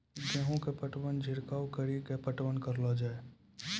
गेहूँ के पटवन छिड़काव कड़ी के पटवन करलो जाय?